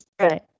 right